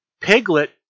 Piglet